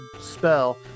spell